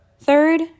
Third